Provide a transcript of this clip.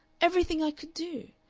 everything i could do!